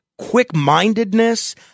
quick-mindedness